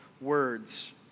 words